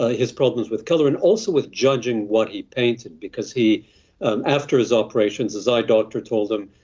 ah his problems with colour and also with judging what he painted because he um after his operations, his eye doctor told him,